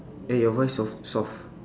eh your voice soft soft